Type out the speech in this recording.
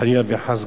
חלילה וחס,